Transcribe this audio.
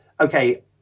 okay